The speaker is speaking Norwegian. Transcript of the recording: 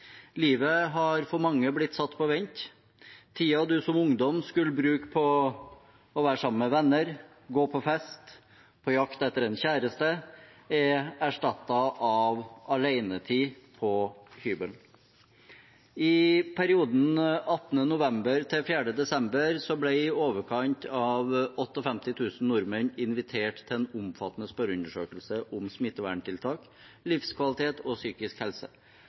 Livet har for mange blitt satt på vent. Tiden man som ungdom skulle bruke på å være sammen med venner, på å gå på fest, på jakt etter en kjæreste, er erstattet av alenetid på hybel. I perioden fra 18. november til 4. desember ble i overkant av 58 000 nordmenn invitert til en omfattende spørreundersøkelse om smitteverntiltak, livskvalitet og psykisk helse.